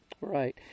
Right